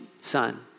son